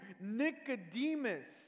Nicodemus